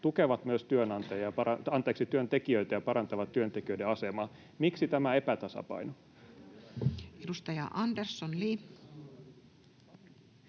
tukevat myös työntekijöitä ja parantavat työntekijöiden asemaa? Miksi tämä epätasapaino? Edustaja Andersson, Li.